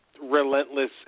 relentless